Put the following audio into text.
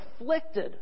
afflicted